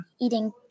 eating